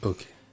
Okay